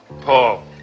Paul